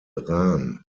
rahn